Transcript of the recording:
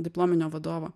diplominio vadovą